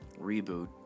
reboot